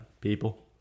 People